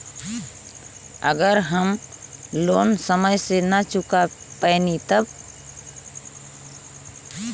अगर हम लोन समय से ना चुका पैनी तब?